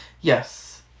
Yes